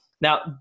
Now